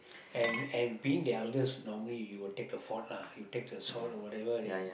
and and being the eldest normally you will you take the fork you take the salt or whatever and